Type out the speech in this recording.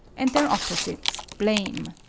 and their opposites blame.